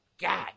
god